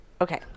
okay